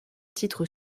titre